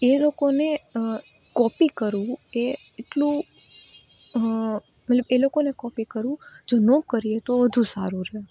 એ લોકોને કોપી કરવું એ એટલું મતલબ એ લોકોને કોપી કરવું જો નો કરીએ તો વધુ સારું રહે